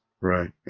Right